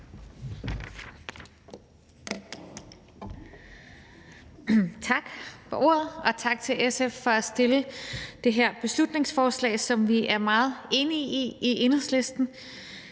Tak for ordet, og tak til SF for at fremsætte det her beslutningsforslag, som vi er meget enige i i Enhedslisten.